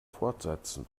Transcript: fortsetzen